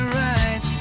right